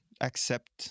accept